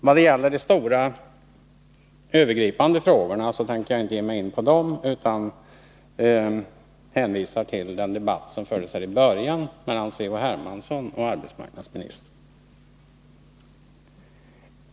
Vad det gäller de stora övergripande frågorna tänker jag inte ge mig in på dem, utan hänvisar till den debatt som fördes mellan C.-H. Hermansson och arbetsmarknadsministern.